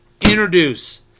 introduce